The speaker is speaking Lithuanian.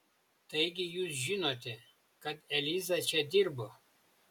taigi jūs žinote kad eliza čia dirbo